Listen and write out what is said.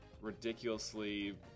ridiculously